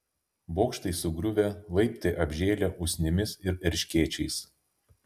bokštai sugriuvę laiptai apžėlę usnimis ir erškėčiais